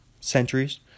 centuries